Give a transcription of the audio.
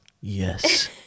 Yes